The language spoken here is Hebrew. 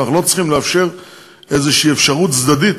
ואנחנו לא צריכים לאפשר איזושהי אפשרות צדדית